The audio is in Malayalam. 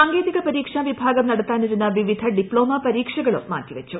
സാങ്കേതിക പരീക്ഷാ വിഭാഗം നടത്താനിരുന്ന വിവിധ ഡിപ്പോമ പരീക്ഷകളും മാറ്റിവച്ചു